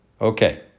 Okay